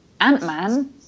Ant-Man